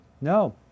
no